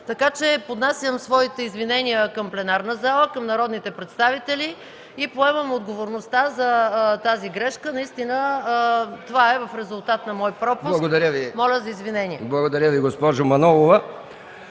водещ. Поднасям своите извинения към пленарната зала, към народните представители и поемам отговорността за тази грешка. Наистина това е в резултат на мой пропуск. Моля за извинение! ПРЕДСЕДАТЕЛ МИХАИЛ МИКОВ: